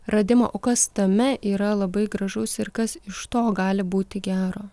radimo o kas tame yra labai gražaus ir kas iš to gali būti gero